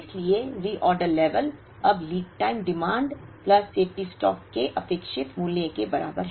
इसलिए reorder level अब lead time demand plus safety stock के अपेक्षित मूल्य के बराबर है